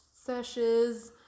sessions